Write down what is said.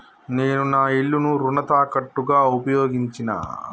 నేను నా ఇల్లును రుణ తాకట్టుగా ఉపయోగించినా